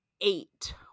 eight